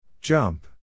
Jump